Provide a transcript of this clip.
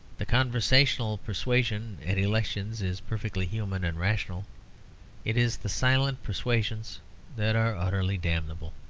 the conversational persuasion at elections is perfectly human and rational it is the silent persuasions that are utterly damnable.